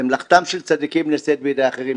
מלאכתם של צדיקים נעשית בידי אחרים,